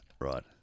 Right